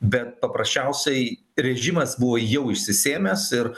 bet paprasčiausiai režimas buvo jau išsisėmęs ir